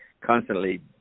constantly